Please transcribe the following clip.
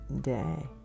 day